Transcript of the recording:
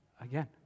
again